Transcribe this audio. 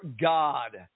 God